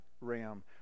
ram